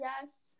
Yes